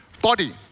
body